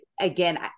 again